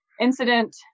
incident